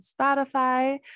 Spotify